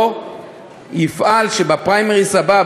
לא יפעל כך שבפריימריז הבאים,